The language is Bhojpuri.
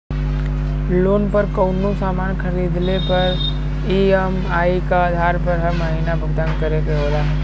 लोन पर कउनो सामान खरीदले पर ई.एम.आई क आधार पर हर महीना भुगतान करे के होला